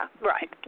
Right